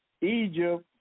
Egypt